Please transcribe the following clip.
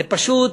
זה פשוט,